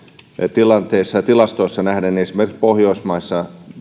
tilanteessa ja tilastoihin nähden esimerkiksi pohjoismaihin